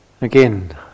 again